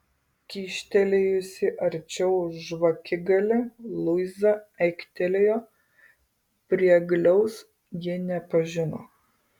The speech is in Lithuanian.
kyštelėjusi arčiau žvakigalį luiza aiktelėjo priegliaus ji nepažino